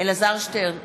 אלעזר שטרן,